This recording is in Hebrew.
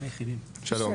שלום.